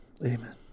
Amen